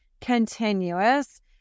continuous